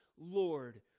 Lord